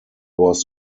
was